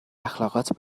اخلاقات